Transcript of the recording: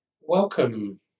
Welcome